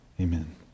Amen